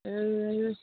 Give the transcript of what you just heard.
ए